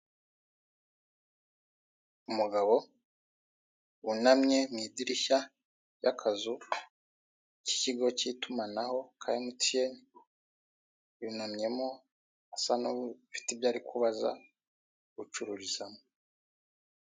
Umugabo wunamye mu idirishya ry'akazu k'ikigo kitumanaho ka emutiyeni yunamyemo asa n'ufite ibyo ari kubaza ucururizamo.